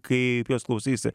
kai tu jos klausaisi